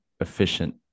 efficient